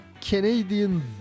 Canadian